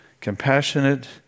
compassionate